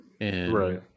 Right